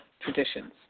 traditions